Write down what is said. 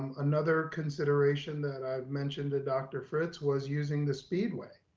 um another consideration that i've mentioned to dr. fritz was using the speedway.